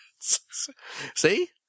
See